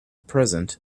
present